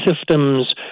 systems